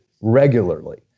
Regularly